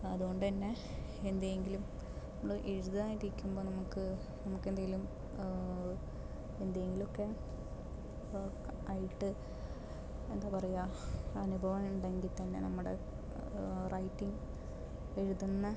അതുകൊണ്ടു തന്നെ എന്തെങ്കിലും നമ്മൾ എഴുതാനിരിക്കുമ്പോൾ നമുക്ക് നമുക്കെന്തെങ്കിലും എന്തെങ്കിലൊക്കെ ഇപ്പോൾ ഒക്കെ ആയിട്ട് എന്താ പറയുക അനുഭവം ഉണ്ടെങ്കിൽ തന്നെ നമ്മള് റൈറ്റിംഗ് എഴുതുന്ന